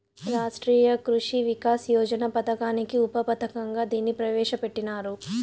రాష్ట్రీయ కృషి వికాస్ యోజన పథకానికి ఉప పథకంగా దీన్ని ప్రవేశ పెట్టినారు